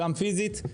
גם פיזית.